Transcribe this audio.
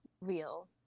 real